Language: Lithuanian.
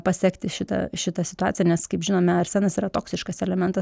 pasekti šitą šitą situaciją nes kaip žinome arsenas yra toksiškas elementas